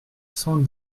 cent